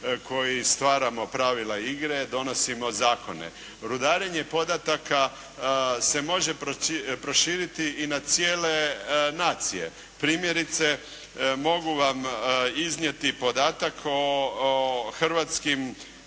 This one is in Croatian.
koji stvaramo pravila igre, donosimo zakone. Rudarenje podataka se može proširiti i na cijele nacije. Primjerice mogu vam iznijeti podatak o hrvatskim